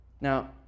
Now